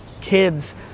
kids